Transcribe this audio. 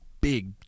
big